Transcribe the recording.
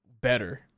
better